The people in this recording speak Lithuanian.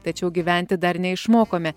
tačiau gyventi dar neišmokome